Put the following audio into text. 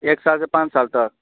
एक साल से पाँच साल तक